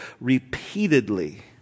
repeatedly